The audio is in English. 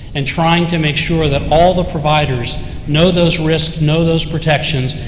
and trying to make sure that all the providers know those risks, know those protections,